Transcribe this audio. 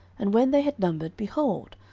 and when they had numbered, behold,